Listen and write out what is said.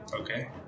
Okay